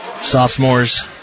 Sophomore's